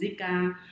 Zika